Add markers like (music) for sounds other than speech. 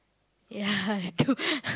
ya (laughs)